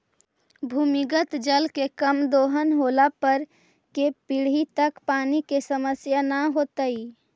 भूमिगत जल के कम दोहन होला पर कै पीढ़ि तक पानी के समस्या न होतइ